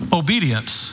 obedience